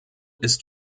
ist